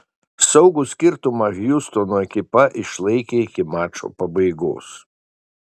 saugų skirtumą hjustono ekipa išlaikė iki mačo pabaigos